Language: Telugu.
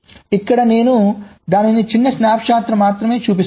ఇక్కడ నేను దానిని చిన్న స్నాప్ షాట్ మాత్రమే చూపిస్తున్నాను